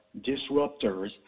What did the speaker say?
disruptors